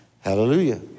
Hallelujah